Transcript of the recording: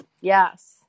Yes